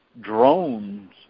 drones